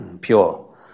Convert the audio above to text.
pure